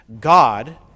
God